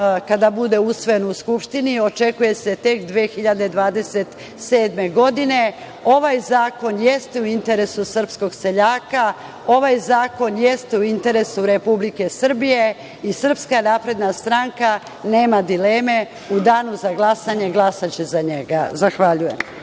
kada bude usvojen u Skupštini, očekuje se tek 2027. godine. Ovaj zakon jeste u interesu srpskog seljaka. Ovaj zakon jeste u interesu Republike Srbije i SNS nema dileme, u danu za glasanje glasaće za njega. Zahvaljujem.